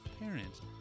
parents